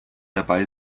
dabei